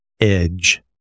edge